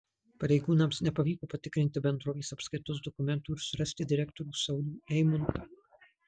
pareigūnams nepavyko patikrinti bendrovės apskaitos dokumentų ir surasti direktorių saulių eimuntą